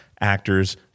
actors